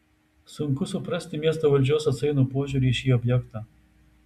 sunku suprasti miesto valdžios atsainų požiūrį į šį objektą